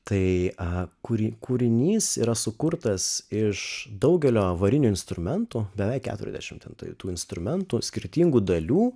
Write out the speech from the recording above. tai kuri kūrinys yra sukurtas iš daugelio varinių instrumentų beveik deturiasdešim tų instrumentų skirtingų dalių